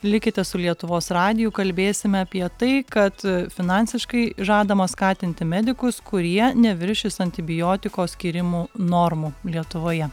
likite su lietuvos radiju kalbėsime apie tai kad finansiškai žadama skatinti medikus kurie neviršys antibiotiko skyrimų normų lietuvoje